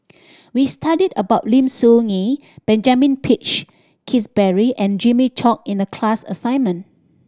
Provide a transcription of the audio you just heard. we studied about Lim Soo Ngee Benjamin Peach Keasberry and Jimmy Chok in the class assignment